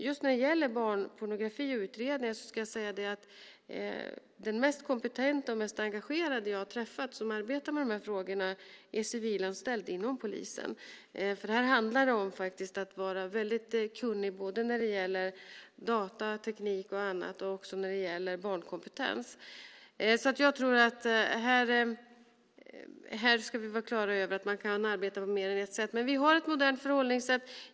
Just när det gäller barnpornografi och utredningar ska jag säga att den mest kompetenta och mest engagerade personen jag har träffat som arbetar med de här frågorna är civilanställd inom polisen. Här handlar det faktiskt om att vara väldigt kunnig både när det gäller datateknik och annat och barnkompetens. Jag tror att vi ska vara klara över att man kan arbeta på mer än ett sätt. Vi har ett modernt förhållningssätt.